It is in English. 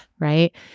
right